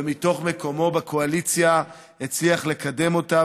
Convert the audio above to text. ומתוך מקומו בקואליציה הצליח לקדם אותה.